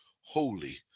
holy